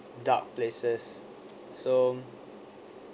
dark places so